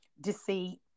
deceit